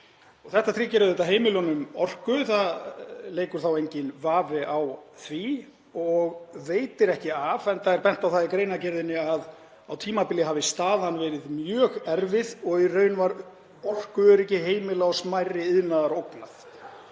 Þetta tryggir auðvitað heimilunum orku. Það leikur enginn vafi á því og veitir ekki af, enda er bent á það í greinargerðinni að á tímabili hafi staðan verið mjög erfið og í raun var orkuöryggi heimila og smærri iðnaðar ógnað.